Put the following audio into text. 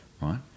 right